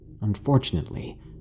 Unfortunately